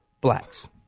blacks